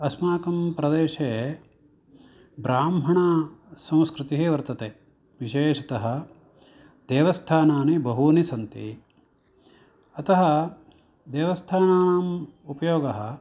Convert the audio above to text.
अस्माकं प्रदेशे ब्राह्मणासंस्कृतिः वर्तते विशेषतः देवस्थानानि बहूनि सन्ति अतः देवस्थानानाम् उपयोगः